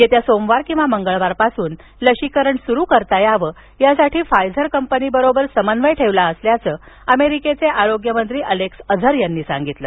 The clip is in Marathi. येत्या सोमवार किंवा मंगळवारपासून लसीकरण सुरू करता यावं यासाठी फायझर कंपनीबरोबर समन्वय ठेवला असल्याचं अमेरिकेचे आरोग्य मंत्री अलेक्स अझर यांनी सांगितलं